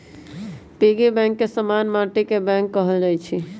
piggy bank के समान्य माटिके बैंक कहल जाइ छइ